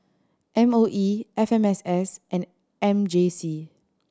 M O E F M S S and M J C